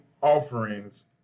offerings